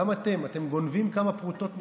כך גם אתם, אתם גונבים כמה פרוטות נחושת,